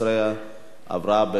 עברה בקריאה שנייה.